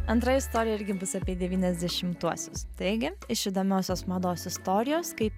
antra istorija irgi bus apie devyniasdešimtuosius taigi iš įdomiosios mados istorijos kaip